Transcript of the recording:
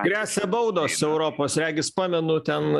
gresia baudos europos regis pamenu ten